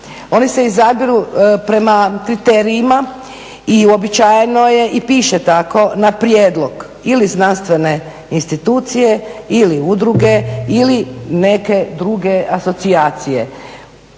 oni se izabiru prema kriterijima i uobičajeno je i piše tako na prijedlog ili znanstvene institucije ili udruge ili neke druge asocijacije.